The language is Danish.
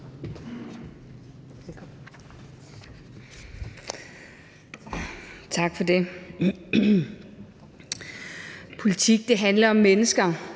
Tak for det. Politik handler om mennesker,